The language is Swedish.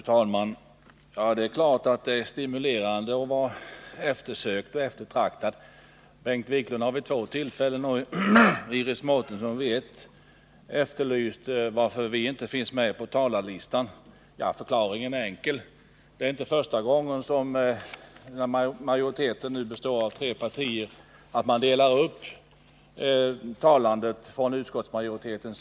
Fru talman! Självfallet är det stimulerande att vara eftersökt och eftertraktad. Bengt Wiklund har vid två tillfällen och Iris Mårtensson vid ett tillfälle efterlyst en anledning till att centern inte finns med på talarlistan. Förklaringen är enkel: Det är inte första gången som man, när utskottsmajoriteten som nu utgörs av ledamöter från tre partier, delar upp debatten.